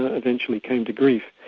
ah eventually came to grief.